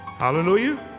Hallelujah